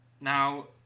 Now